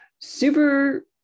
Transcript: super